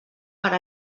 per